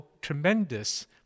tremendous